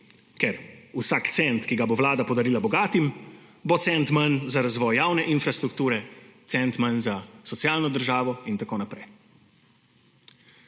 ker vsak cent, ki ga bo Vlada podarila bogatim, bo cent manj za razvoj javne infrastrukture, cent manj za socialno državo in tako naprej.